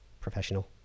professional